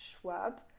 Schwab